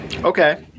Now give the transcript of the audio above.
Okay